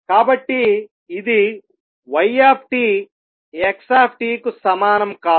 కాబట్టి ఇది y x కు సమానం కాదు